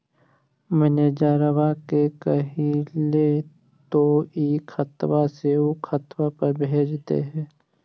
मैनेजरवा के कहलिऐ तौ ई खतवा से ऊ खातवा पर भेज देहै?